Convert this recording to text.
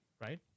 right